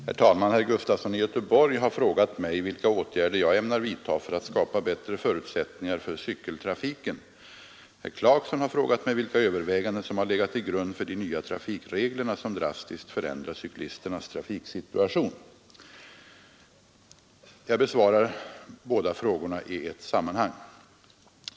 Herr talman! Herr Gustafson i Göteborg har frågat mig vilka åtgärder jag ämnar vidta för att skapa bättre förutsättningar för cykeltrafiken. Herr Clarkson har frågat mig vilka överväganden som har legat till grund för de nya trafikreglerna, som drastiskt förändrar cyklisternas trafiksituation. Jag besvarar båda frågorna i ett sammanhang.